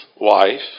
wife